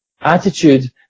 attitude